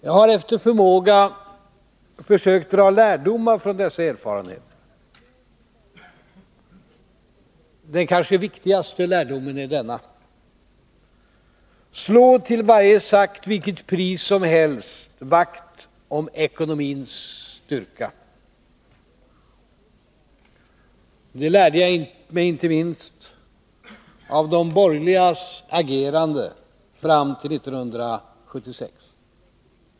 Jag har, efter förmåga, försökt dra lärdomar från dessa erfarenheter. Den kanske viktigaste lärdomen är denna: Slå, till snart sagt vilket pris som helst, vakt om ekonomins styrka! Det lärde jag mig inte minst av de borgerligas agerande fram till 1976.